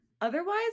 otherwise